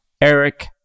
Eric